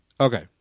Okay